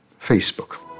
Facebook